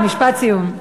גפני, משפט סיום.